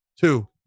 Two